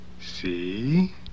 See